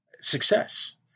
success